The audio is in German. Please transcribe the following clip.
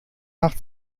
nach